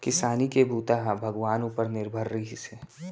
किसानी के बूता ह भगवान उपर निरभर रिहिस हे